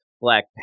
Black